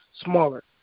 smaller